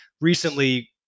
recently